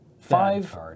Five